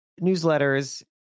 newsletters